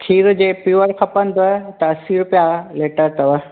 खीर जे प्योर खपंदव त असी रुपिया लीटर अथव